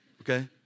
okay